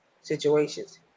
situations